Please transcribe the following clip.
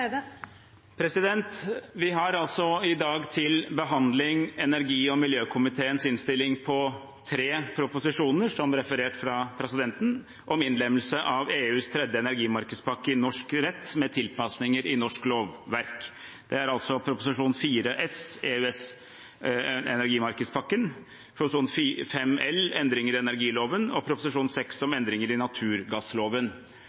referert fra presidenten, om innlemmelse av EUs tredje energimarkedspakke i norsk rett med tilpasninger i norsk lovverk. Det er Prop. 4 S for 2017–2018 om EØS’ energimarkedspakke, Prop. 5 L for 2017–2018 om endringer i energiloven og Prop. 6 L for 2017–2018 om